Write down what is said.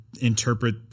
interpret